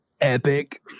epic